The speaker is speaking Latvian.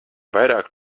vairāk